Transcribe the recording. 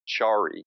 Chari